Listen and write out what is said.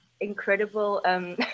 incredible